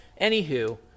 Anywho